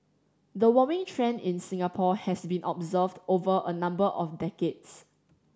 the warming trend in Singapore has been observed over a number of decades